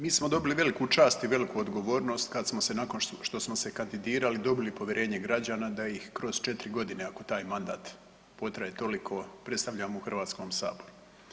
Mi smo dobili veliku čast i veliku odgovornost kad smo se nakon što smo se kandidirali dobili povjerenje građana da ih kroz četiri godine ako taj mandat potraje toliko predstavljamo u Hrvatskom saboru.